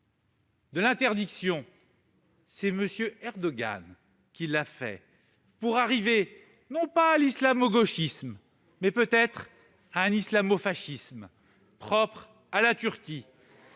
cette interdiction ? C'est M. Erdogan, pour arriver, non pas à l'islamo-gauchisme, mais peut-être à un islamo-fascisme propre à la Turquie.